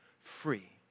free